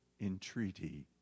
entreaty